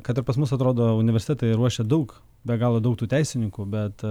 kad ir pas mus atrodo universitetai ruošia daug be galo daug tų teisininkų bet